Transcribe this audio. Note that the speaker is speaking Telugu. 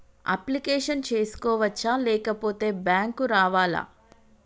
అప్లికేషన్ చేసుకోవచ్చా లేకపోతే బ్యాంకు రావాలా?